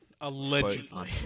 Allegedly